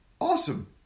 awesome